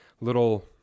little